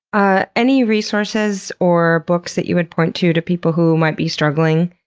ah any resources or books that you would point to, to people who might be struggling?